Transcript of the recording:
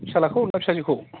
फिसाज्लाखौ ना फिसाजोखौ